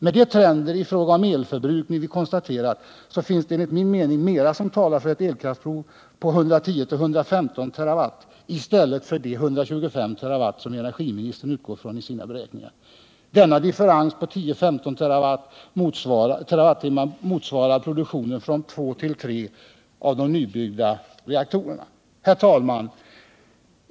Med de trender i fråga om elförbrukning som vi har konstaterat, finns det enligt min mening mera som talar för ett elkraftsbehov på 110-115 TWh, i stället för de 125 TWh som energiministern utgår från vid sina beräkningar. Denna differens på 10-15 TWh motsvarar produktionen från två eller tre av de nybyggda reaktorerna. Herr talman!